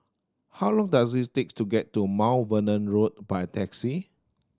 how long does it take to get to Mount Vernon Road by taxi